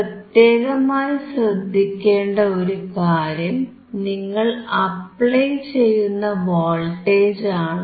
പ്രത്യേകമായി ശ്രദ്ധിക്കേണ്ട ഒരു കാര്യം നിങ്ങൾ അപ്ലൈ ചെയ്യുന്ന വോൾട്ടേജ് ആണ്